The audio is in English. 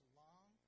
long